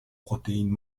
protéines